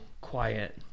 quiet